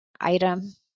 item